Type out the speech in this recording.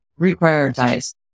reprioritize